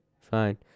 fine